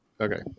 Okay